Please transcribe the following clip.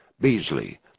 Beasley